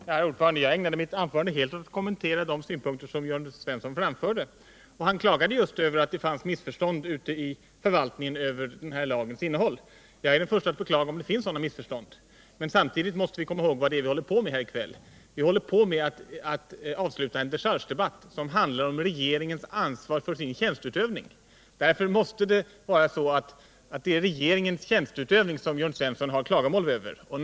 Herr talman! Jag ägnade mitt anförande helt åt att kommentera de synpunkter som Jörn Svensson framförde. Han klagade över att det rådde missförstånd ute i förvaltningen om den här lagens innehåll. Jag är den förste att beklaga om det finns sådana missförstånd. Men samtidigt måste vi komma ihåg vad det är vi håller på med här i kväll. Vi håller på med att avsluta en dechargedebatt som handlar om regeringens ansvar för sin tjänsteutövning. Därför måste det vara regeringens tjänsteutövning som Jörn Svenssons klagomål skall gälla.